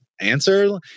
answer